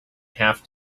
have